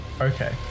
Okay